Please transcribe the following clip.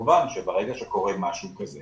כמובן שברגע שקורה משהו כזה